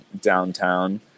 downtown